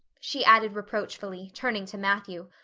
she added reproachfully, turning to matthew,